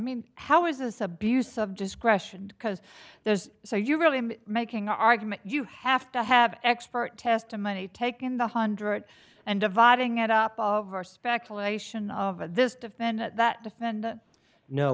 mean how is this abuse of discretion because so you really i'm making an argument you have to have expert testimony taking the hundred and dividing it up all of our speculation of this defendant that defendant no